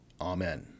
Amen